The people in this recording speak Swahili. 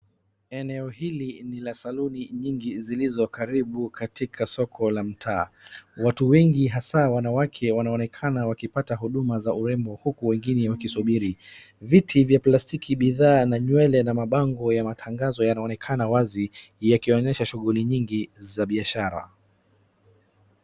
Eneo hili ni la saluni myingi zilizo karibu katika soko la mtaa. Watu wengi hasa wanawake wanaonekana wakipata huduma za urembo huku wengine wakisubiri. Viti vya plastiki bidhaa na nywele na mabango ya matangazo yanaonekana wazi yakionyesha shughuli nyingi za biashara.